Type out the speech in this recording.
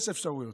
יש אפשרויות.